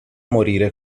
morire